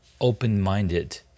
open-minded